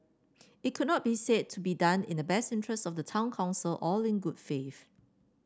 it could not be said to be done in the best interest of the town council or in good faith